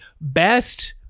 best